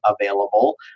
available